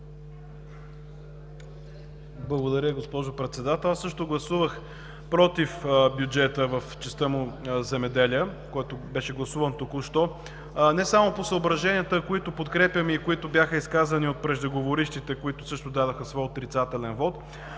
Благодаря, госпожо Председател.